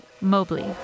Mobley